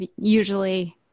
usually